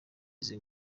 izi